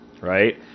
right